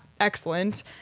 excellent